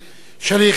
שלי יחימוביץ.